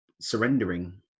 surrendering